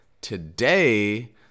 Today